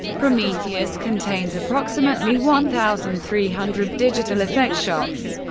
prometheus contains approximately one thousand three hundred digital effect shots.